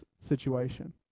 situation